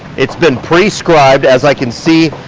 it's been prescribed as i can see